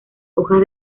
hojas